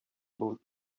both